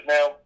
Now